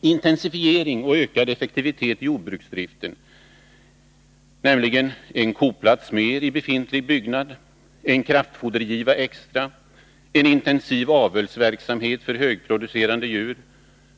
Intensifiering och ökad effektivitet i jordbruksdriften — en koplats mer i befintlig byggnad, en kraftfodergiva extra, en intensiv avelsverksamhet för högproducerande djur,